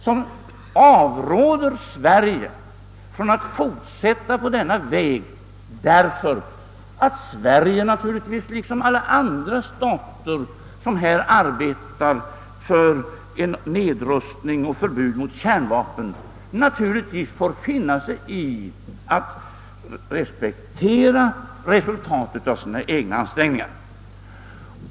Han avråder alltså Sverige från att fortsätta på denna väg därför att Sverige, som alla andra stater som arbetar för nedrustning och förbud mot kärnvapen, naturligtvis får finna sig i att respektera resultatet av sina egna ansträngningar.